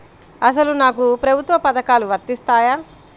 అసలు నాకు ప్రభుత్వ పథకాలు వర్తిస్తాయా?